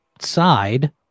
side